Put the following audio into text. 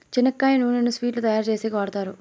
చెనక్కాయ నూనెను స్వీట్లు తయారు చేసేకి వాడుతారు